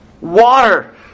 Water